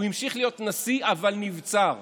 הוא המשיך להיות נשיא, אבל נבצר.